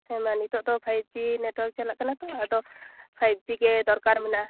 ᱦᱮᱸᱢᱟ ᱱᱤᱛᱳᱜ ᱫᱚ ᱯᱷᱟᱭᱤ ᱡᱤ ᱱᱮᱴᱣᱟᱨᱟᱠ ᱪᱟᱞᱟᱜ ᱠᱟᱱᱟ ᱛᱳ ᱟᱫᱚ ᱯᱷᱟᱭᱤᱵ ᱡᱤ ᱜᱮ ᱫᱟᱨᱠᱟᱨ ᱢᱮᱱᱟᱜᱼᱟ